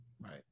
right